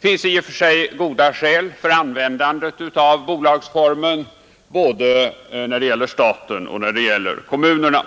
Det finns i och för sig goda skäl för användandet av bolagsformen både när det gäller staten och när det gäller kommunerna.